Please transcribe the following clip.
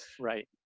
Right